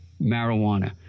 marijuana